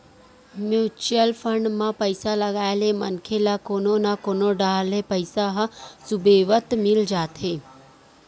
mutual fund म पइसा लगाए ले मनखे ल कोनो न कोनो डाहर ले पइसा ह सुबेवत मिल जाथे